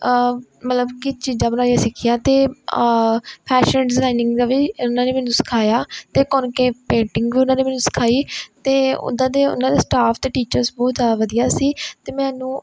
ਮਤਲਬ ਕਿ ਚੀਜ਼ਾਂ ਬਣਾਉਣੀਆਂ ਸਿੱਖੀਆਂ ਅਤੇ ਫੈਸ਼ਨ ਡਿਜਾਇੰਗ ਦਾ ਵੀ ਉਹਨਾਂ ਨੇ ਮੈਨੂੰ ਸਿਖਾਇਆ ਅਤੇ ਕੋਨਕੇ ਪੇਂਟਿੰਗ ਉਹਨਾਂ ਨੇ ਮੈਨੂੰ ਸਿਖਾਈ ਅਤੇ ਉਦਾਂ ਦੇ ਉਹਨਾਂ ਦੇ ਸਟਾਫ ਅਤੇ ਟੀਚਰ ਬਹੁਤ ਵਧੀਆ ਸੀ ਅਤੇ ਮੈਨੂੰ